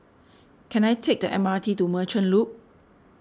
can I take the M R T to Merchant Loop